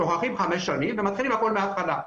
שוכחים ל-5 שנים ומתחילים הכול מהתחלה.